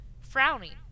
Frowning